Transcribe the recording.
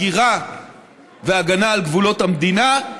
הגירה והגנה על גבולות המדינה,